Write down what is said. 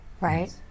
Right